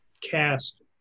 cast